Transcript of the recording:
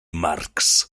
marx